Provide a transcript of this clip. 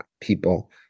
people